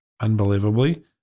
Unbelievably